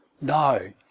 No